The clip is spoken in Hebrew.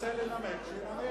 תני לו, הוא רוצה לנמק, שינמק.